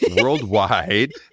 worldwide